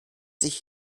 sich